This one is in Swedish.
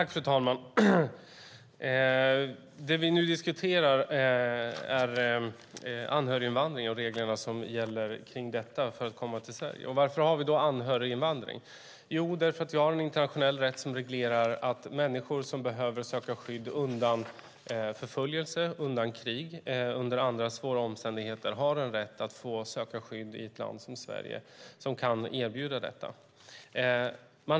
Fru talman! Det vi nu diskuterar är anhöriginvandring och reglerna som gäller för att få komma till Sverige. Varför har vi anhöriginvandring? Jo, därför att vi har en internationell rätt som reglerar att människor som behöver söka skydd undan förföljelse och krig och under andra svåra omständigheter har en rätt att söka skydd i ett land som Sverige som kan erbjuda detta.